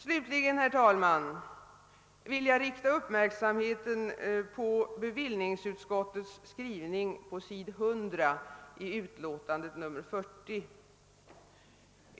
Slutligen, herr talman, vill jag rikta uppmärksamheten på bevillningsutskottets skrivning på s. 100 i betänkandet nr 40.